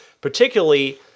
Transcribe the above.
particularly